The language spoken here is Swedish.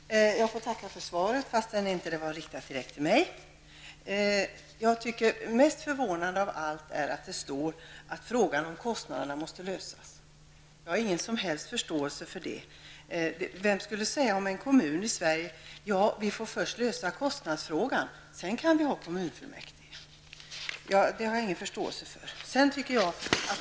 Herr talman! Jag får tacka för svaret, fastän det inte var riktat direkt till mig. Mest förvånande av allt är att det i svaret står att frågan om kostnaderna måste lösas. Jag har ingen som helst förståelse för det. Vem skulle säga om en kommun i Sverige att man måste lösa kostnadsfrågan innan kommunfullmäktige kan sammanträda? Det har jag ingen förståelse för.